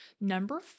Number